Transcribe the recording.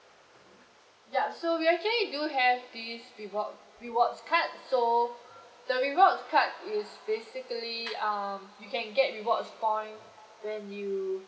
ya so we actually do have this reward rewards card so the rewards card is basically um you can get rewards point when you